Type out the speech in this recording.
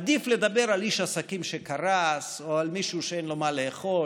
עדיף לדבר על איש עסקים שקרס או על מישהו שאין לו מה לאכול: